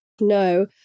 No